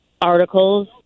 articles